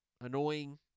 annoying